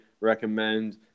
recommend